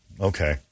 okay